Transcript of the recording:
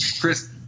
Chris